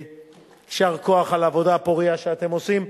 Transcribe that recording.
יישר כוח על העבודה הפורייה שאתם עושים.